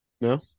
No